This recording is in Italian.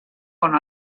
con